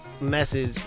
message